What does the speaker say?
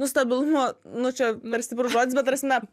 stabilumo nu čia per stiprus žodis bet prasme